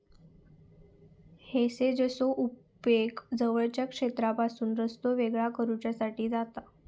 हेजेसचो उपेग जवळच्या क्षेत्रापासून रस्तो वेगळो करुच्यासाठी जाता